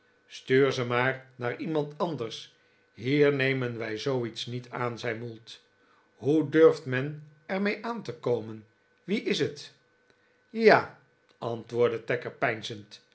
stuur ze maar naar iemand anders hier nemen wij zooiets niet aan zei mould hoe durft men er mee aan te komen wie is het ja antwoordde